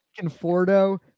Conforto